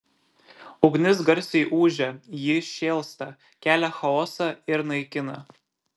ugnis garsiai ūžia ji šėlsta kelia chaosą ir naikina